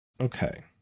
Okay